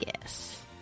yes